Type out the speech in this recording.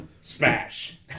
Smash